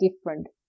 different